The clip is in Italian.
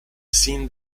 sin